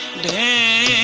da